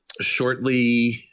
Shortly